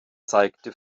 zeigte